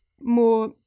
more